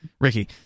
Ricky